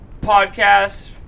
Podcast